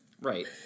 Right